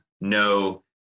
no